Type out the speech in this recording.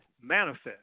manifest